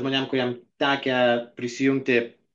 žmonėm kuriem tekę prisijungti